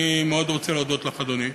אני מאוד רוצה להודות לך, אדוני,